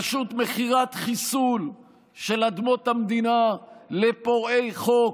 פשוט מכירת חיסול של אדמות המדינה לפורעי חוק,